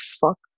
fuck